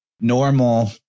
normal